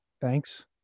thanks